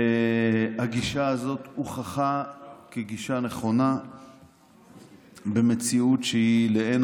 הגישה הזאת הוכחה כגישה נכונה במציאות שהייתה לאין